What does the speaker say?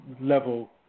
level